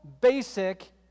basic